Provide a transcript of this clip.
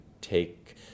take